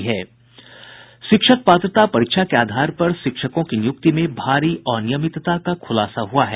शिक्षक पात्रता परीक्षा के आधार पर शिक्षकों की नियुक्ति में भारी अनियमितता का खुलासा हुआ है